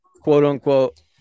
quote-unquote